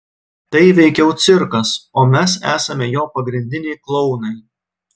tai veikiau cirkas o mes esame jo pagrindiniai klounai